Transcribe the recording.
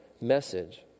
message